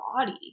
body